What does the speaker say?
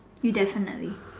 you definitely